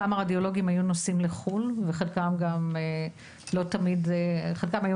פעם הרדיולוגים היו נוסעים לחו"ל וחלקם היו נשארים.